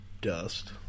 dust